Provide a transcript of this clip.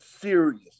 serious